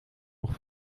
nog